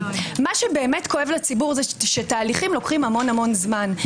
מה שבאמת כואב לציבור זה שתהליכים לוקחים הרבה מאוד זמן,